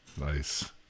nice